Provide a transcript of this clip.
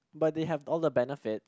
but they have all the benefit